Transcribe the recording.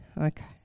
Okay